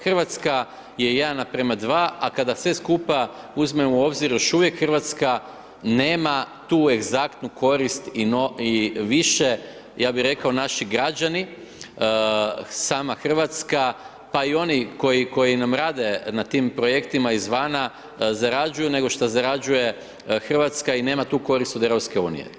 Hrvatska je 1:2 a kada sve skupa uzmemo u obzir još uvijek Hrvatska nema tu egzaktnu korist i više ja bih rekao naši građani, sama Hrvatska pa i oni koji nam rade na tim projektima izvana zarađuju nego što zarađuje Hrvatska i nema tu korist iz EU.